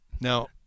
Now